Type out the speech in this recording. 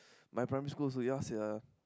my primary school also ya sia